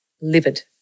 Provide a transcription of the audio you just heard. livid